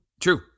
true